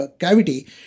cavity